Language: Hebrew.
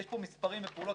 יש פה מספרים ופעולות,